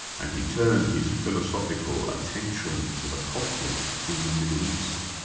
and he turned his philosophical attention to the conflict in the middle east.